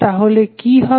তাহলে কি হবে